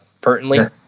pertinently